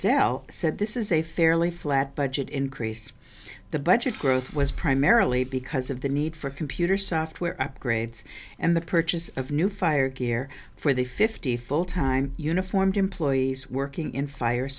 physical said this is a fairly flat budget increase the budget growth was primarily because of the need for computer software upgrades and the purchase of new fire gear for the fifty full time uniformed employees working in fire